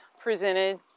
presented